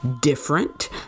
different